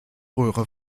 röhre